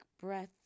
breath